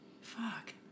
fuck